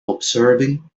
observing